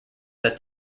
that